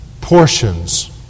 portions